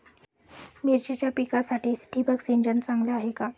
मिरचीच्या पिकासाठी ठिबक सिंचन चांगले आहे का?